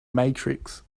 matrix